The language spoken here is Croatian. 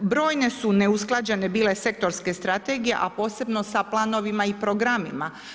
Brojne su neusklađene bile sektorske strategije, a posebno sa planovima i programima.